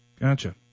Gotcha